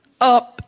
up